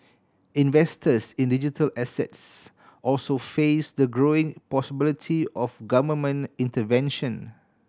investors in digital assets also face the growing possibility of government intervention